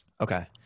okay